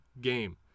game